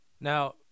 Now